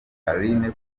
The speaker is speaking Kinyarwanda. carine